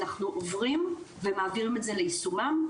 אנחנו עוברים ומעבירים את זה ליישומם,